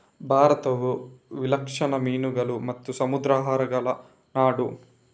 ಭಾರತವು ವಿಲಕ್ಷಣ ಮೀನುಗಳು ಮತ್ತು ಸಮುದ್ರಾಹಾರಗಳ ನಾಡು